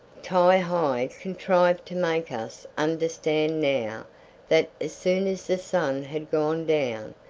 ti-hi contrived to make us understand now that as soon as the sun had gone down,